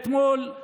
אתמול הוא